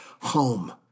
home